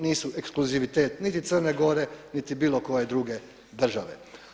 Nisu ekskluzivitet niti Crne Gore, niti bilo koje druge države.